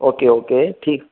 ओ के okay ठीकु